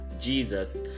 Jesus